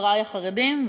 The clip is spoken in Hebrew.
לחברי החרדים,